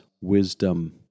wisdom